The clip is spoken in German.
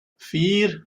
vier